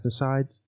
pesticides